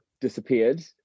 disappeared